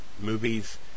movies